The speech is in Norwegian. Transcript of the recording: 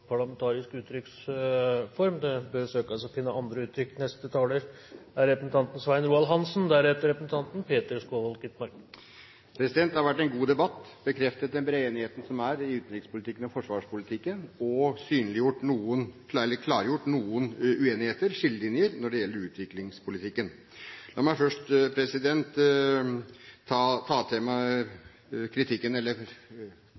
parlamentarisk uttrykksform. En bør søke å finne andre uttrykk. Dette har vært en god debatt, som har bekreftet den brede enigheten som er i utenrikspolitikken og i forsvarspolitikken, og som har klargjort noen uenigheter, skillelinjer, når det gjelder utviklingspolitikken. La meg først ta